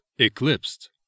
eclipsed